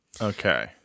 Okay